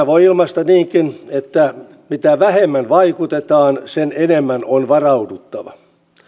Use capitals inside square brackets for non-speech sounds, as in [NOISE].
[UNINTELLIGIBLE] voi ilmaista niinkin että mitä vähemmän vaikutetaan sen enemmän on varauduttava